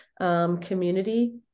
Community